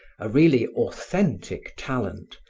a really authentic talent,